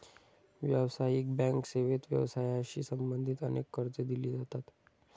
व्यावसायिक बँक सेवेत व्यवसायाशी संबंधित अनेक कर्जे दिली जातात